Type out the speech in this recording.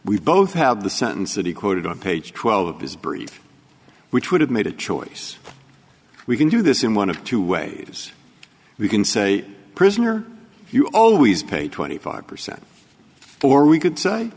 we both have the sentence that he quoted on page twelve of his brief which would have made a choice we can do this in one of two waves we can say prisoner you always pay twenty five percent for we c